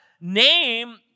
name